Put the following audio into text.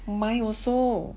mine also